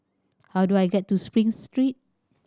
how do I get to Spring Street